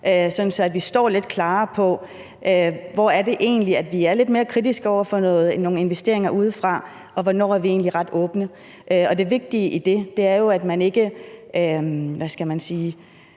at vi står lidt klarere, i forhold til hvor det egentlig er, vi er lidt mere kritiske over for nogle investeringer udefra, og hvornår vi egentlig er ret åbne. Og det vigtige i det er jo, at man ikke, hvad skal man sige,